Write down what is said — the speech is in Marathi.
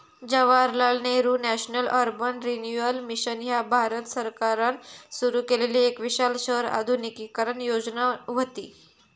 Jawaharlal Nehru national urban renewal mission ह्या भारत सरकारान सुरू केलेली एक विशाल शहर आधुनिकीकरण योजना व्हती